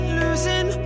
losing